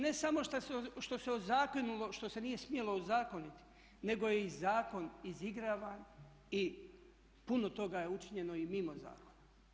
Ne samo što se ozakonilo što se nije smjelo ozakoniti nego je i zakon izigravan i puno toga je učinjeno i mimo zakona.